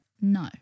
no